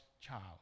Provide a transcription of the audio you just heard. child